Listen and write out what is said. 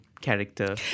character